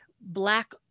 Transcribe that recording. black